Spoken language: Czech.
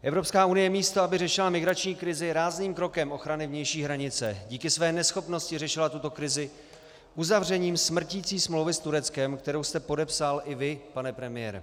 Evropská unie místo toho, aby řešila migrační krizi rázným krokem ochrany vnější hranice, díky své neschopnosti řešila tuto krizi uzavřením smrticí smlouvy s Tureckem, kterou jste podepsal i vy, pane premiére.